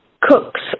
cooks